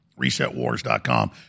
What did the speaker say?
resetwars.com